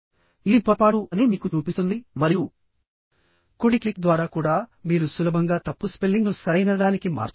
ఇది పొరపాటు అని మీకు చూపిస్తుంది మరియు కుడి క్లిక్ ద్వారా కూడా మీరు సులభంగా తప్పు స్పెల్లింగ్ను సరైనదానికి మార్చవచ్చు